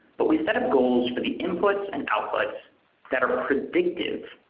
but we set up goals for the inputs and outputs that are predictive.